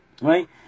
Right